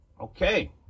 okay